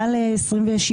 מעל 27%,